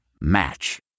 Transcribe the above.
Match